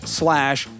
slash